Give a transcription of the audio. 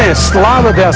ah slavic ah